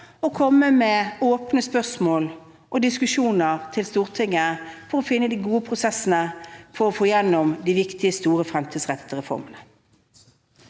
å komme med åpne spørsmål og diskusjoner til Stortinget for å finne de gode prosessene og for å få igjennom de viktige, store og fremtidsrettede reformene.